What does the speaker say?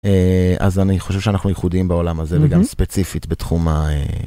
אז אני חושב שאנחנו ייחודים בעולם הזה וגם ספציפית בתחום א...